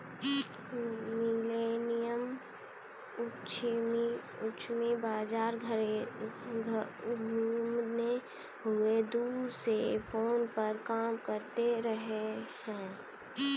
millennial उद्यमी बाहर घूमते हुए दूर से फोन पर काम कर रहे हैं